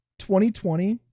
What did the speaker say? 2020